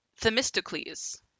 Themistocles